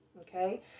Okay